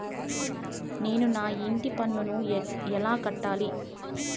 నేను నా ఇంటి పన్నును ఎలా కట్టాలి?